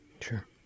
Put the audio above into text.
Sure